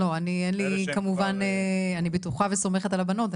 לא, אין לי כמובן, אני בטוחה וסומכת על הבנות.